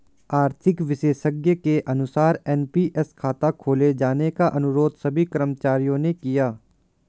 आर्थिक विशेषज्ञ के अनुसार एन.पी.एस खाता खोले जाने का अनुरोध सभी कर्मचारियों ने किया